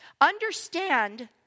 Understand